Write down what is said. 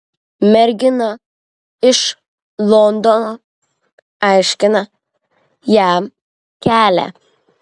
mergina iš londono aiškina jam kelią